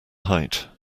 height